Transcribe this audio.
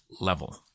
level